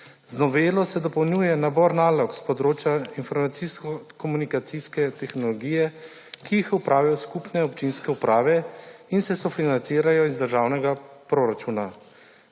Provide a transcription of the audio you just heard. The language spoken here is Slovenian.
Z novelo se dopolnjuje nabor nalog s področja informacijsko-komunikacijske tehnologije, ki jih opravijo skupine občinske uprave in se sofinanciranju iz državnega proračuna.